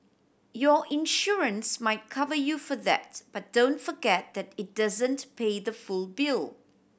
your insurance might cover you for that but don't forget that it doesn't pay the full bill